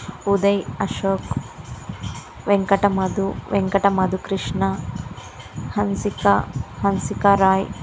Uday Ashok Venkata Madhu Venkata Madhukrishna Hansika Hansika Roy